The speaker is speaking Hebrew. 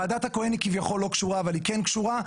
ועדת הכהן היא כביכול לא קשורה אבל היא כן קשורה.